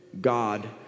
God